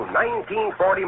1940